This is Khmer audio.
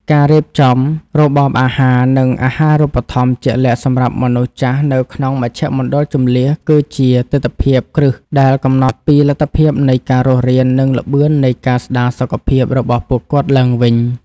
ការរៀបចំរបបអាហារ និងអាហារូបត្ថម្ភជាក់លាក់សម្រាប់មនុស្សចាស់នៅក្នុងមជ្ឈមណ្ឌលជម្លៀស គឺជាទិដ្ឋភាពគ្រឹះដែលកំណត់ពីលទ្ធភាពនៃការរស់រាន និងល្បឿននៃការស្តារសុខភាពរបស់ពួកគាត់ឡើងវិញ។